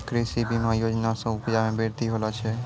कृषि बीमा योजना से उपजा मे बृद्धि होलो छै